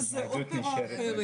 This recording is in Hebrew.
שזו אופרה אחרת.